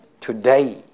Today